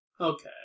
Okay